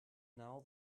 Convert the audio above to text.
now